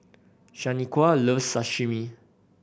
Shanequa loves Sashimi